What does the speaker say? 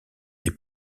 est